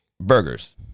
Burgers